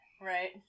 Right